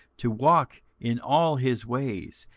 to walk in all his ways,